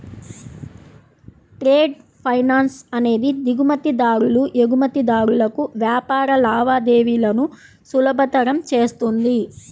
trade finance అనేది దిగుమతిదారులు, ఎగుమతిదారులకు వ్యాపార లావాదేవీలను సులభతరం చేస్తుంది